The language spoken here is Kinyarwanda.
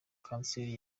kanseri